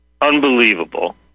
unbelievable